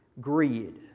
Greed